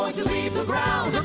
leave the ground